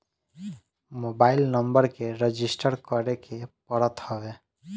mobile number के register करे के पड़त हवे